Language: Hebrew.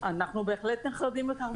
אנחנו בהחלט נחרדים מכך.